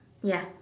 ya